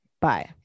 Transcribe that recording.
Bye